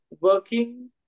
working